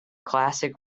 classic